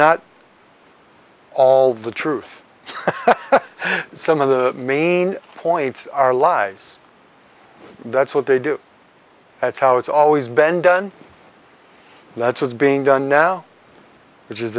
not all the truth some of the main points are lies that's what they do that's how it's always been done and that's what's being done now which is